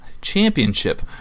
Championship